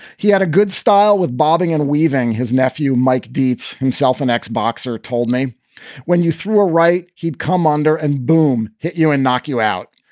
he had a good style with bobbing and weaving. his nephew, mike deetz, himself an ex boxer, told me when you threw a right, he'd come under and boom hit you and knock you out.